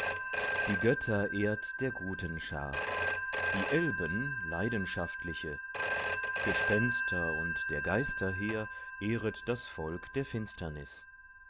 die götter ehrt der guten schar die elben leidenschaftliche gespenster und der geister heer ehret das volk der finsternis